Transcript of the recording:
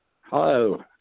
Hello